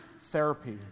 therapy